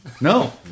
No